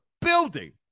building